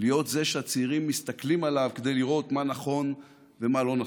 להיות זה שהצעירים מסתכלים עליו כדי לראות מה נכון ומה לא נכון.